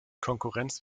konkurrenz